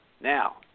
Now